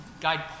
guide